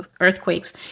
earthquakes